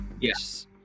Yes